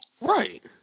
Right